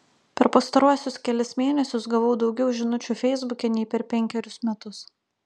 per pastaruosius kelis mėnesius gavau daugiau žinučių feisbuke nei per penkerius metus